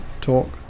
talk